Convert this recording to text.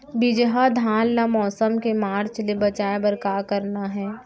बिजहा धान ला मौसम के मार्च ले बचाए बर का करना है?